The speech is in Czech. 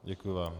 Děkuji vám.